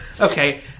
Okay